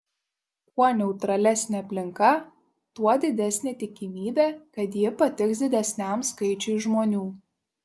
kuo neutralesnė aplinka tuo didesnė tikimybė kad ji patiks didesniam skaičiui žmonių